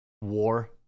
war